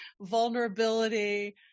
vulnerability